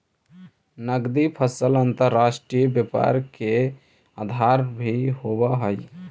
नगदी फसल अंतर्राष्ट्रीय व्यापार के आधार भी होवऽ हइ